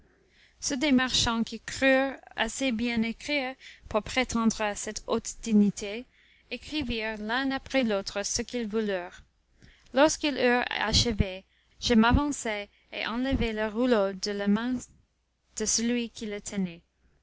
ceux des marchands qui crurent assez bien écrire pour prétendre à cette haute dignité écrivirent l'un après l'autre ce qu'ils voulurent lorsqu'ils eurent achevé je m'avançai et enlevai le rouleau de la main de relui qui le tenait